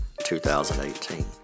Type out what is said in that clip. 2018